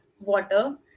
water